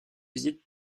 visite